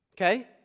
Okay